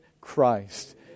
Christ